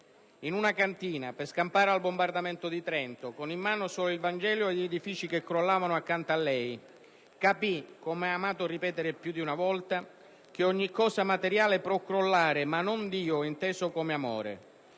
in una cantina, per scampare al bombardamento di Trento, con in mano solo il Vangelo e gli edifici che crollavano accanto a lei, capì, come ha amato ripetere più di una volta, che «ogni cosa materiale può crollare, ma non Dio, inteso come Amore».